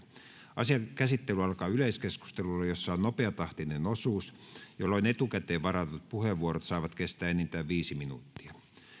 asian käsittely alkaa yleiskeskustelulla jossa on nopeatahtinen osuus jolloin etukäteen varatut puheenvuorot saavat kestää enintään viisi minuuttia